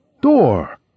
door